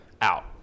out